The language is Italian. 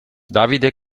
davide